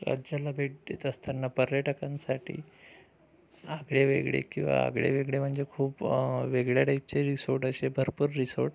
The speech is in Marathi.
राज्याला भेट देत असताना पर्यटकांसाठी आगळेवेगळे किंवा आगळेवेगळे म्हणजे खूप वेगळ्या टाईपचे रिसोट असे भरपूर रिसोट